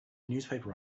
newspaper